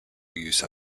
use